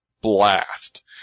blast